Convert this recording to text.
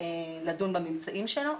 לדון בממצאים שלו,